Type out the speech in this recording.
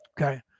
Okay